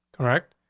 correct.